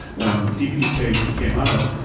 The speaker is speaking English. when dpdk came out,